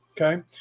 okay